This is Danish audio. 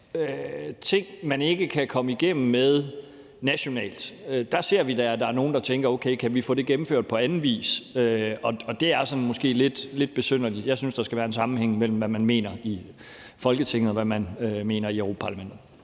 ting, man ikke kan komme igennem med nationalt, ser vi da, at der er nogle, der tænker: Okay, kan vi få det gennemført på anden vis? Og det er måske sådan lidt besynderligt. Jeg synes, at der skal være en sammenhæng mellem, hvad man mener i Folketinget, og hvad man mener i Europa-Parlamentet.